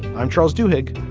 i'm charles dudek.